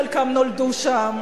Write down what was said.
חלקם נולדו שם,